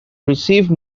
receive